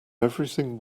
everything